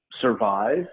survive